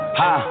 ha